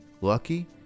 Lucky